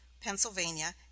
Pennsylvania